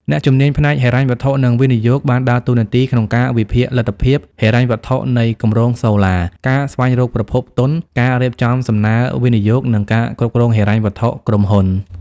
អ្នកជំនាញផ្នែកហិរញ្ញវត្ថុ និងវិនិយោគបានដើរតួនាទីក្នុងការវិភាគលទ្ធភាពហិរញ្ញវត្ថុនៃគម្រោងសូឡា ការស្វែងរកប្រភពទុន ការរៀបចំសំណើវិនិយោគ និងការគ្រប់គ្រងហិរញ្ញវត្ថុក្រុមហ៊ុន។